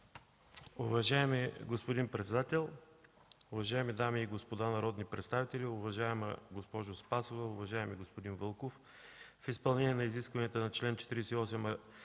Уважаеми господин председател, уважаеми дами и господа народни представители! Уважаема госпожо Спасова, уважаеми господин Вълков, в изпълнение на изискванията на чл. 48